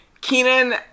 Kenan